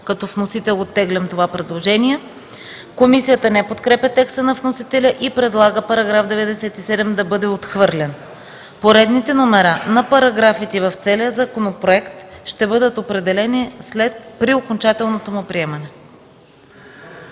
Като вносител оттеглям това предложение. Комисията не подкрепя текста на вносителя и предлага § 97 да бъде отхвърлен. Поредните номера на параграфите в целия законопроект ще бъдат определени при окончателното му приемане.